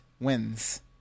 wins